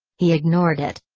he ignored it.